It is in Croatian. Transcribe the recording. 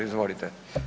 Izvolite.